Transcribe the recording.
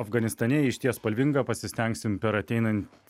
afganistane išties spalvinga pasistengsim per ateinantį